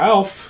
Alf